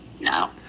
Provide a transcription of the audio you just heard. No